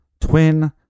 twin